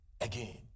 again